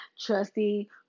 trusty